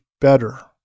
better